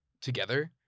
together